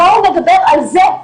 בואו נדבר על זה.